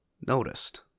noticed